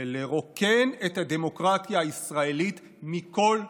ולרוקן את הדמוקרטיה הישראלית מכל תוכן,